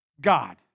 God